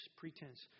pretense